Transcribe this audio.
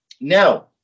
Now